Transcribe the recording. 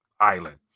island